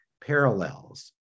parallels